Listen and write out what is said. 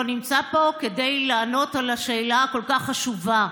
נמצא פה כדי לענות על השאלה הכל-כך חשובה.